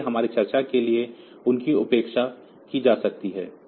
इसलिए हमारी चर्चा के लिए उनकी उपेक्षा की जा सकती है